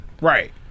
Right